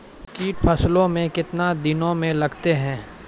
कीट फसलों मे कितने दिनों मे लगते हैं?